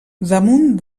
damunt